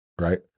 right